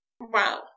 wow